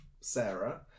Sarah